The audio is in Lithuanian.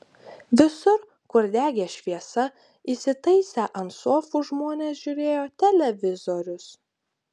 visur kur degė šviesa įsitaisę ant sofų žmonės žiūrėjo televizorius